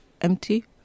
empty